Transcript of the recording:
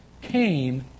Came